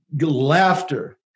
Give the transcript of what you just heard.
Laughter